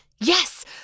Yes